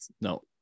No